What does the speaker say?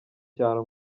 cyaro